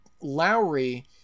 Lowry